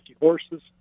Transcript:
horses